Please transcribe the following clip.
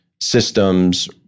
systems